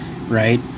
right